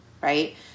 right